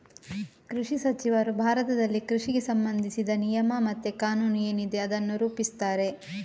ಕೃಷಿ ಸಚಿವರು ಭಾರತದಲ್ಲಿ ಕೃಷಿಗೆ ಸಂಬಂಧಿಸಿದ ನಿಯಮ ಮತ್ತೆ ಕಾನೂನು ಏನಿದೆ ಅದನ್ನ ರೂಪಿಸ್ತಾರೆ